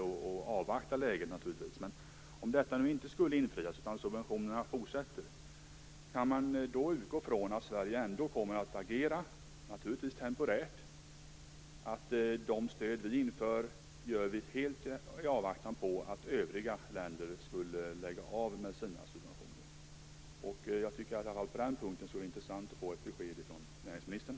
Men om dessa förhoppningar då inte infrias från årsskiftet utan att subventionerna fortsätter, kan man då utgå från att Sverige ändå kommer att agera, naturligtvis temporärt, på ett sådant sätt att de stöd som vi inför införs i avvaktan på att övriga länder avvecklar sina subventioner? På den punkten vore det intressant att få ett besked från näringsministern.